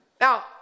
Now